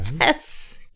Yes